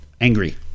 angry